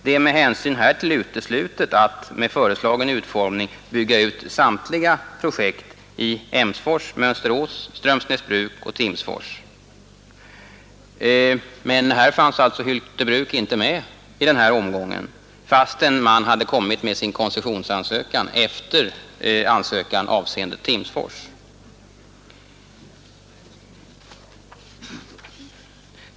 Det är med hänsyn härtill uteslutet att med föreslagen utformning bygga ut samtliga projekt i Emsfors, Mönsterås, Strömsnäsbruk och Timsfors.” I denna omgång fanns alltså Hylte Bruk inte med, fastän man hade lagt in sin koncessionsansökan efter den ansökan som avsåg Timsfors.